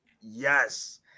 yes